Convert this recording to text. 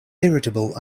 irritable